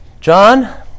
John